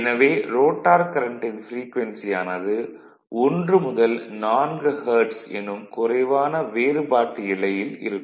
எனவே ரோட்டார் கரண்ட்டின் ப்ரீக்வென்சி ஆனது 1 முதல் 4 ஹெர்ட்ஸ் எனும் குறைவான வேறுபாட்டு எல்லையில் இருக்கும்